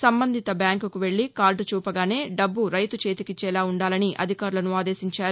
సంబంధిత బ్యాంక్కు వెళ్ళి కార్డు చూపగానే డబ్బు రైతు చేతికిచ్చేలా ఉండాలని అధికారులను ఆదేశించారు